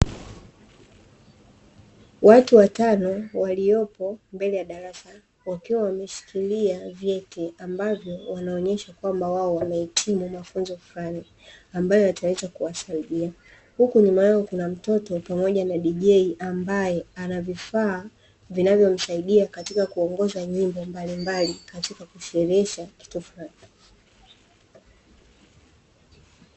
Watu watano waliopo mbele ya darasa wakiwa wameshikilia vyeti ambayo wanaonyesha wao wamehitimu mafunzo flani aambayo yataweza kuwasaidia huku nyuma yao kuna mtoto pamoja na dj ambaye ana vifaa vinavyomsaidia katika kuongoza nyimbo mbalimbali katika kusherehesha kitu flani.